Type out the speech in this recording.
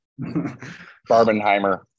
Barbenheimer